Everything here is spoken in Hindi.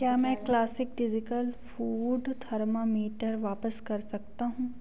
क्या मैं क्लासिक डिज़िकल फ़ूड थर्मामीटर वापस कर सकता हूँ